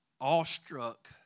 awestruck